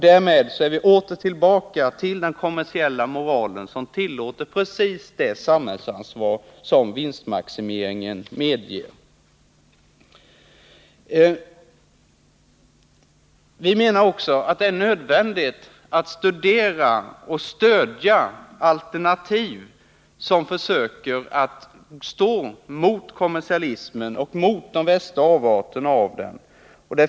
Därmed är vi åter tillbaka till den kommersiella moralen som tillåter precis det samhällsansvar som vinstmaximeringen medger. Vi menar också att det är nödvändigt att studera och stödja alternativ som försöker att stå emot kommersialismen och dess värsta avarter.